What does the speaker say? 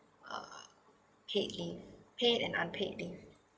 uh paid leave paid and unpaid leave